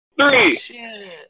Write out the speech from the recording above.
Three